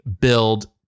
build